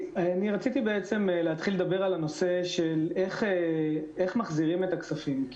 יש לנו המידע המלא איפה הכספים האלה נמצאים,